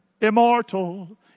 immortal